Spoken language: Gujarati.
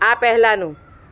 આ પહેલાંનું